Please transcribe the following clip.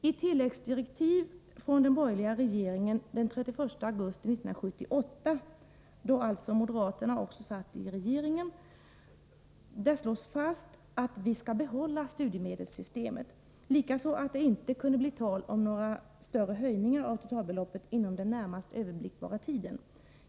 I tilläggsdirektiv från den borgerliga regeringen den 31 augusti 1978, alltså då också moderaterna satt i regeringen, slogs fast att vi skall behålla studiemedelssystemet. Likaså att det inte kan bli tal om några större höjningar av totalbeloppet inom den närmast överblickbara tiden.